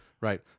Right